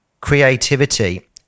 creativity